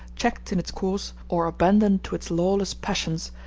checked in its course or abandoned to its lawless passions,